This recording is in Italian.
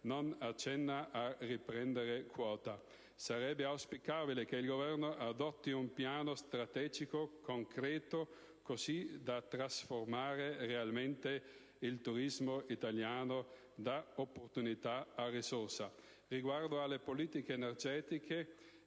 non accenna a riprendere quota. Sarebbe auspicabile che il Governo adottasse un piano strategico concreto, così da trasformare realmente il turismo italiano da opportunità a risorsa. Riguardo alle politiche energetiche